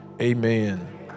amen